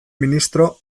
ministro